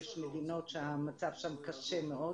יש מדינות שהמצב שם קשה מאוד